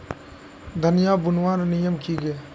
धनिया बूनवार नियम की गे?